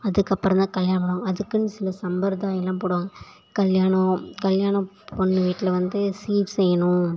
அதுக்கப்புறந்தான் கல்யாணம் அதுக்குன் சில சம்பரதாயலாம் போடுவாங்க கல்யாணம் கல்யாண பொண்ணு வீட்டில் வந்து சீர் செய்யணும்